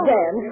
Dan